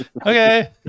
okay